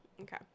Okay